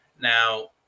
Now